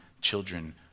children